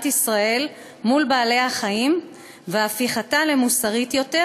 ישראל מול בעלי-החיים והפיכתה למוסרית יותר,